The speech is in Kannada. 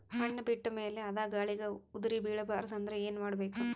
ಹಣ್ಣು ಬಿಟ್ಟ ಮೇಲೆ ಅದ ಗಾಳಿಗ ಉದರಿಬೀಳಬಾರದು ಅಂದ್ರ ಏನ ಮಾಡಬೇಕು?